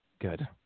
Good